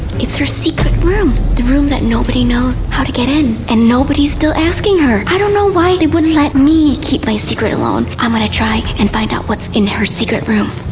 it's her secret room. the room that nobody knows how to get in. and nobody's still asking her. i don't know why they wouldn't let me keep my secret alone. i'm gonna try and find out what's in her secret room.